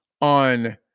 on